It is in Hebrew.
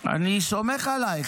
--- אני סומך עלייך.